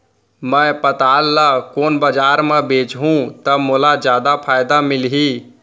मैं पताल ल कोन बजार म बेचहुँ त मोला जादा फायदा मिलही?